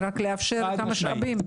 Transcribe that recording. רק לאפשר את המשאבים.